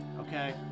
okay